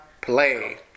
play